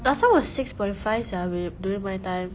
last time was six point five sia babe during my time